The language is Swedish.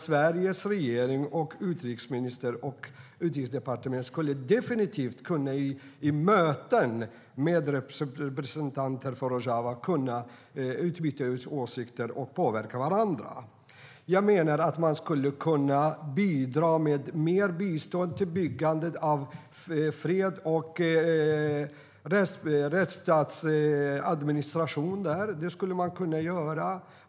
Sveriges regering, utrikesministern och Utrikesdepartementet skulle i möten med representanter för Rojava definitivt kunna utbyta åsikter och påverka varandra. Man skulle kunna bidra med mer bistånd till byggandet av fred och administration av en rättsstat.